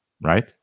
right